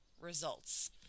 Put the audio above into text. results